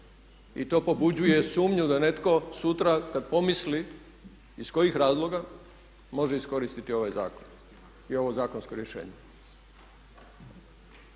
I to pobuđuje sumnju da netko sutra kad pomisli iz kojih razloga može iskoristiti ovaj zakon i ovo zakonsko rješenje.